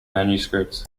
manuscripts